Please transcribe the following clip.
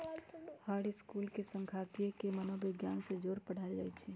हर school में सांखियिकी के मनोविग्यान से जोड़ पढ़ायल जाई छई